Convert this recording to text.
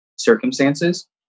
circumstances